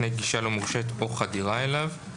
מפני גישה לא מורשית או חדירה אליו".